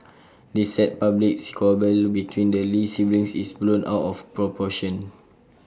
this sad public squabble between the lee siblings is blown out of proportion